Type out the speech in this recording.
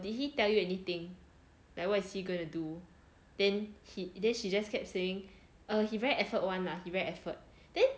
did he tell you anything like what is he going to do then he then she just kept saying err he very effort one lah he very effort then